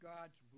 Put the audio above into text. God's